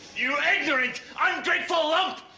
you ignorant, ungrateful lump!